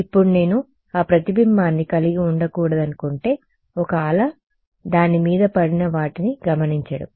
ఇప్పుడు నేను ఆ ప్రతిబింబాన్ని కలిగి ఉండకూడదనుకుంటే ఒక అల దాని మీద పడిన వాటిని గమనించడం